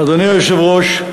אדוני היושב-ראש,